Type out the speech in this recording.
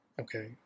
Okay